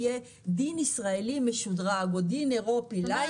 יהיה דין ישראלי משודרג או דין אירופי לייט.